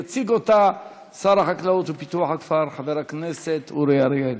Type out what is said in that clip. יציג אותה שר החקלאות ופיתוח הכפר חבר הכנסת אורי אריאל.